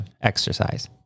exercise